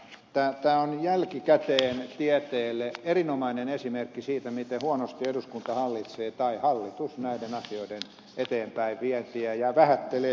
tämä on jälkikäteen tieteelle erinomainen esimerkki siitä miten huonosti eduskunta hallitsee tai hallitus näiden asioiden eteenpäinvientiä ja vähättelee tieteellistä maailmaa